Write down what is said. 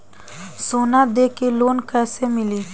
सोना दे के लोन कैसे मिली?